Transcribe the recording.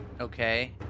Okay